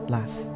Laugh